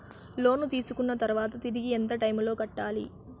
లోను తీసుకున్న తర్వాత తిరిగి ఎంత టైములో కట్టాలి